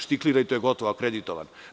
Štikliraj, to je gotovo, akreditovano.